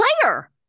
player